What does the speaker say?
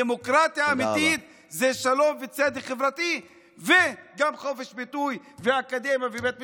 דמוקרטיה אמיתית זה שלום וצדק חברתי וגם חופש ביטוי ואקדמיה ובית משפט,